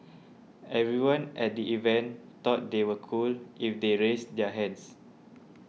everyone at the event thought they were cool if they raised their hands